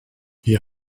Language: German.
wir